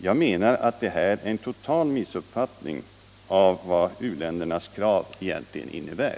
Jag menar att detta är en total missuppfattning av vad u-ländernas krav egentligen innebär.